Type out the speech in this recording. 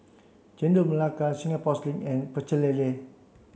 Chendol Melaka Singapore Sling and Pecel Lele